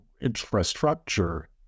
infrastructure